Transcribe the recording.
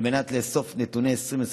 על מנת לאסוף את נתוני 2023,